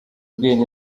ubwenge